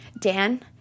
Dan